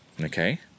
Okay